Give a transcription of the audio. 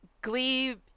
Glee